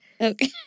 Okay